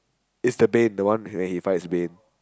it's the Bane the one where he fights Bane